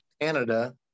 Canada